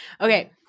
Okay